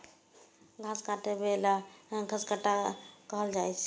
घास काटै बला कें घसकट्टा कहल जाइ छै